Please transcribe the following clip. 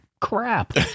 crap